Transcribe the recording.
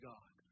God